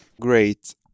Great